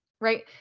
right